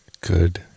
Good